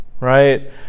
right